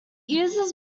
uses